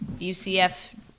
ucf